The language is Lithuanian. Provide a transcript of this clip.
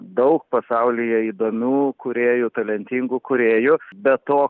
daug pasaulyje įdomių kūrėjų talentingų kūrėjų be to